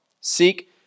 Seek